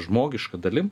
žmogiška dalim